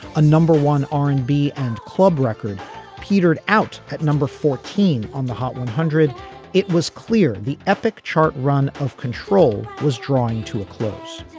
a number one r and b and club record petered out at number fourteen on the hot one hundred it was clear the epic chart run of control was drawing to a close.